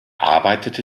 arbeitete